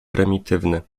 prymitywny